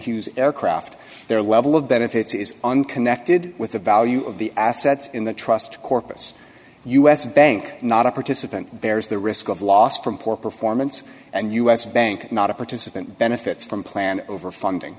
hughes aircraft their level of benefits is on connected with the value of the assets in the trust corpus u s bank not a participant bears the risk of loss from poor performance and u s bank not a participant benefits from plan over funding